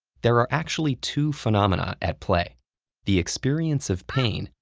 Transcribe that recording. there are actually two phenomena at play the experience of pain,